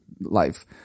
life